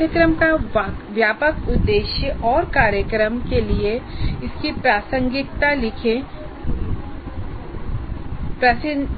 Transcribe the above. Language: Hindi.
पाठ्यक्रम का व्यापक उद्देश्य और कार्यक्रम के लिए इसकी